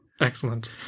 excellent